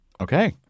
Okay